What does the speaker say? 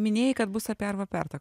minėjai kad bus apie arvą pertą